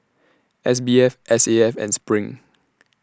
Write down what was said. S B F S A F and SPRING